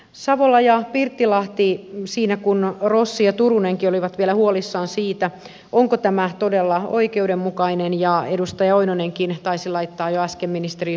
savola ja pirttilahti siinä missä rossi ja turunenkin olivat vielä huolissaan siitä onko tämä todella oikeudenmukainen ja edustaja oinonenkin taisi laittaa jo äsken ministerin suuhun sanoja